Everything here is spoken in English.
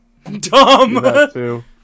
dumb